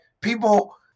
people